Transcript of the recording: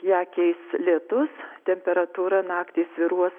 ją keis lietus temperatūra naktį svyruos